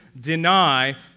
deny